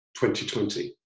2020